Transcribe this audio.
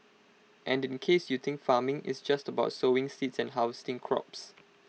and in case you think farming is just about sowing seeds and harvesting crops